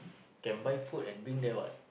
can buy food and drink there what